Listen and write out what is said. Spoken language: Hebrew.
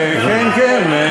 ואחרי זה, כן, כן.